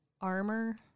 armor